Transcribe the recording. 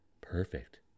Perfect